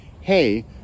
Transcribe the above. hey